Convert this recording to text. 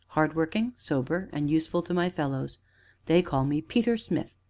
hardworking, sober, and useful to my fellows they call me peter smith.